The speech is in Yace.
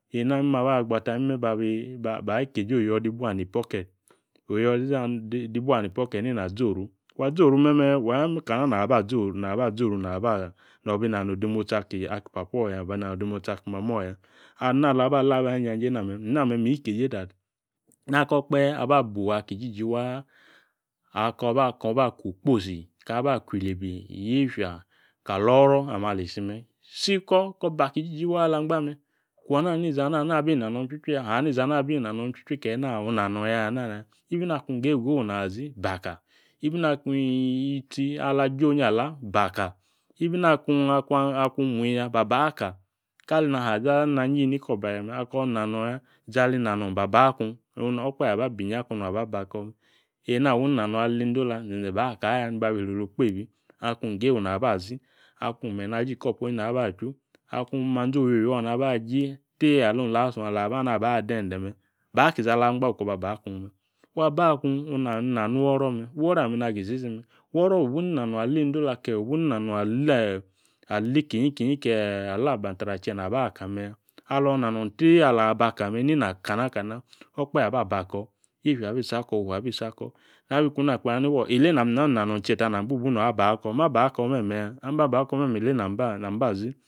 . Eena imme̱ ba gba ta imme bayi keeje oyo̱ dibua ni pocket oru dibua ni pocket mina aba zo oru. Wa zõ oru meme wo kana naba zi oru naba zi oru no̱bi na nodemotsi aki papa ya nano odemotsi aki mamo̱ ya Ana ala ba la bayi injanje name̱ am name mi keeje that nako okpahe aba bufua aki ijiji waa na nizi ena abi inanong ichwi ichwi ya ka nawo̱ inanong ichwi ke nawi inang yana ya. Even akung Igewu gawu nazi. baka even akung yitsi ala jionyi baka even akung imuyà baka aka ni ka eni na zahazaha neni ayi miko̱bahe me̱ izi ali inanonya zi ala inanong baba kung onu no akpahe aba bina akung nuna aba abako me̱. Eena wu unana nong ali indola ze̱nze̱ ba akoya babi isri oru ekpeebi akung gawu naba zi akung menyi na jiiicup onyi naba achu akung manzi oyioywi o̱ naba jii tee ahung last one ala da de̱nde̱ ba ki ala angba oko̱ baba kung me̱ wa ba kung ono̱ na wo̱ro̱ me woro ame̱ nagi isisi me̱ wo̱ro̱ wibu anina nung ala in dola ke wibu mina ala kinyi kinyi ke ala abantars che naba aka me̱ya. Alo nanung tee ala abaka me̱ in na kana kana okpahe ababa ko̱ yietya abi isi ako, ufua abi isi ako nabi kung na kpe nani fuo ile nam na inanong cheta nam bibu no̱ng aba ko̱ ma bako me̱me̱ ya aham bako me̱me̱ ile nam bazi.